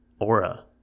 aura